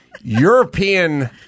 European